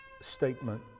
statement